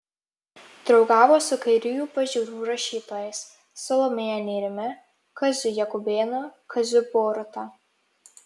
draugavo su kairiųjų pažiūrų rašytojais salomėja nėrimi kaziu jakubėnu kaziu boruta